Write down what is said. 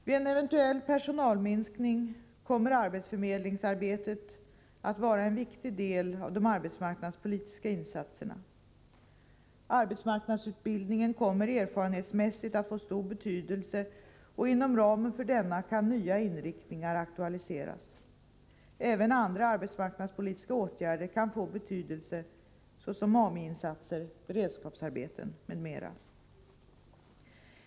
Vid en eventuell personalminskning kommer arbetsförmedlingsarbetet att vara en viktig del av de arbetsmarknadspolitiska insatserna. Arbetsmarknadsutbildningen kommer erfarenhetsmässigt att få stor betydelse, och inom ramen för denna kan nya inriktningar aktualiseras. Även andra arbetsmarknadspolitis ka åtgärder kan få betydelse, såsom Ami-insatser, beredskapsarbeten m.m.